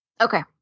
Okay